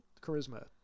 charisma